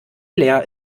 leer